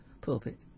pulpit